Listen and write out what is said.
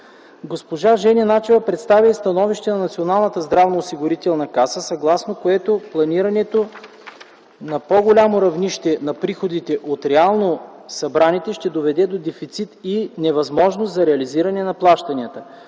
Госпожа Жени Начева представи становището на Националната здравноосигурителна каса, съгласно което планирането на по-голямо равнище на приходите от реално събраните ще доведе до дефицит и невъзможност за реализиране на плащанията.